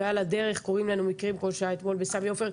ועל הדרך קורים לנו מקרים כמו שהיה אתמול בסמי עופר,